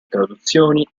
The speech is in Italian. traduzioni